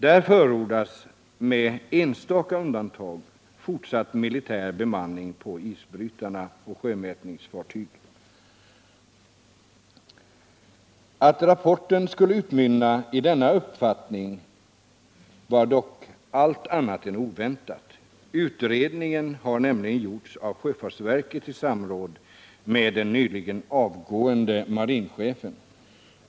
Där förordas, med enstaka undantag, fortsatt militär bemanning på isbrytare och sjömätningsfartyg. Att rapporten skulle utmynna i den uppfattningen var dock allt annat än oväntat. Utredningen har nämligen gjorts av sjöfartsverket i samråd med den nyligen avgångne marinchefen.